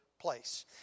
place